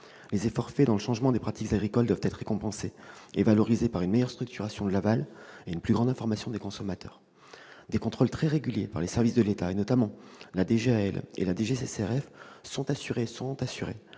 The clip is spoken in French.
Les efforts déployés pour le changement des pratiques agricoles doivent être récompensés et valorisés par une meilleure structuration de l'aval et une plus grande information des consommateurs. Des contrôles très réguliers des services de l'État, notamment de la direction générale